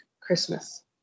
Christmas